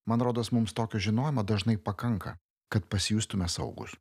man rodos mums tokio žinojimo dažnai pakanka kad pasijustume saugūs